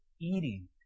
eating